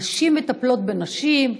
נשים מטפלות בנשים,